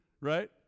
right